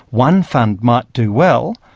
one fund might do well,